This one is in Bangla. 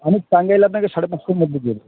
আমি টাঙ্গাইল আপনাকে সাড়ে পাঁচশোর মধ্যে দিয়ে দেব